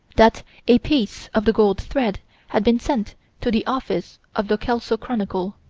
that a piece of the gold thread had been sent to the office of the kelso chronicle.